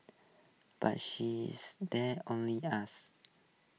but she's there's only us